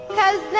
cause